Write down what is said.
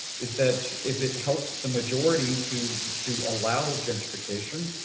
is that if it helps the majority to to allow gentrification,